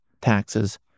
taxes